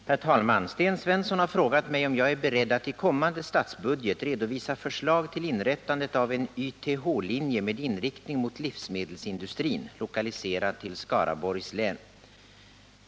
Herr talman! Sten Svensson har frågat mig om jag är beredd att i kommande statsbudget redovisa förslag till inrättandet av en YTH-linje med inriktning mot livsmedelsindustrin, lokaliserad till Skaraborgs län.